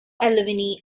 alumni